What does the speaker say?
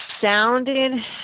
sounded